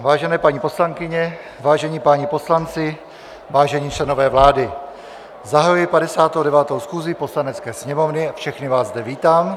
Vážené paní poslankyně, vážení páni poslanci, vážení členové vlády, zahajuji 59. schůzi Poslanecké sněmovny a všechny vás zde vítám.